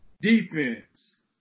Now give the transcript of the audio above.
Defense